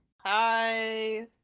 Hi